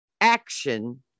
action